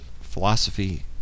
philosophy